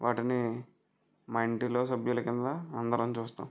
వాటిని మా ఇంటిలో సభ్యుల కింద అందరం చూస్తాం